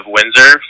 Windsor